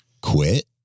quit